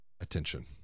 attention